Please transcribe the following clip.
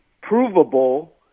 provable